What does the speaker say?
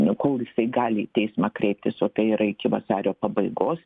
kol jisai visai gali į teismą kreiptis o tai yra iki vasario pabaigos